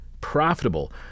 profitable